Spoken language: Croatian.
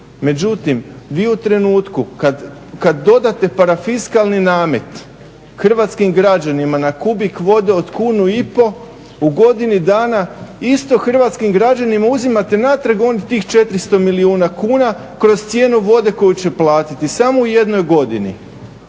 Međutim, vi u trenutku kad dodate parafiskalni namet hrvatskim građanima na kubik vode od kunu i pol u godini dana isto hrvatskim građanima uzimate natrag onda tih 400 milijuna kuna kroz cijenu vode koju će platiti samo u jednoj godini.